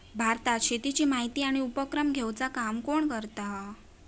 भारतात शेतीची माहिती आणि उपक्रम घेवचा काम कोण करता?